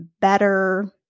better